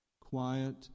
quiet